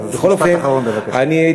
אז משפט אחרון בבקשה.